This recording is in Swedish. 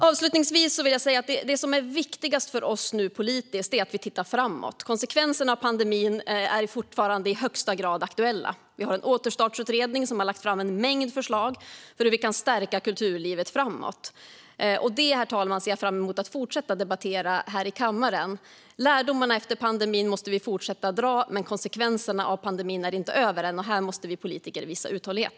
Avslutningsvis vill jag säga att det som nu är viktigast för oss politiskt är att titta framåt. Konsekvenserna av pandemin är fortfarande i högsta grad aktuella. Vi har en återstartsutredning som har lagt fram en mängd förslag på hur vi kan stärka kulturlivet framåt. Det, herr talman, ser jag fram emot att fortsätta att debattera här i kammaren. Lärdomarna av pandemin måste vi fortsätta att dra, men konsekvenserna av pandemin är inte över än. Här måste vi politiker visa uthållighet.